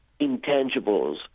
intangibles